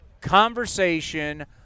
conversation